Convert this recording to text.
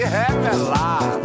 revelar